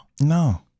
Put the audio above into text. No